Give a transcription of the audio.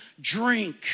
drink